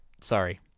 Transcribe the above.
sorry